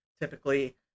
typically